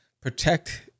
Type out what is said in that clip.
Protect